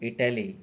Italy